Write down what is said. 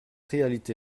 réalité